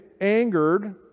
angered